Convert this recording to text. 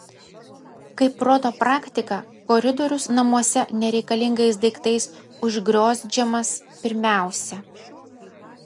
kaip rodo praktika koridorius namuose nereikalingais daiktais užgriozdžiamas pirmiausia